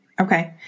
Okay